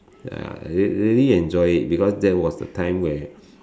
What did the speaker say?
ya real~ really enjoy it because that was the time where